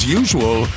usual